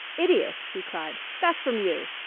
idiot! he cried, that from you!